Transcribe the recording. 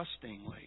trustingly